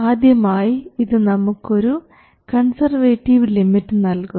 ആദ്യമായി ഇത് നമുക്കൊരു കൺസർവേറ്റീവ് ലിമിറ്റ് നൽകുന്നു